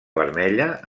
vermella